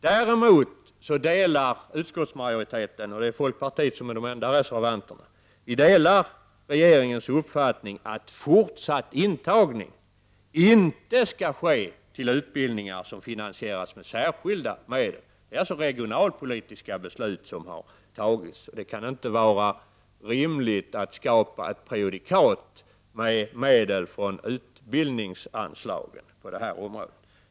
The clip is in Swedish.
Däremot delar utskottsmajoriteten — folkpartiet står för den enda reservationen — regeringens uppfattning att fortsatt intagning inte skall ske till utbildningar som finansieras med särskilda medel. Det är alltså regionalpolitiska beslut som har fattats, och det kan inte vara rimligt att skapa ett prejudikat med medel från utbildningsanslagen på detta område.